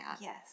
Yes